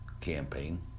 campaign